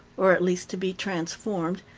or at least to be transformed,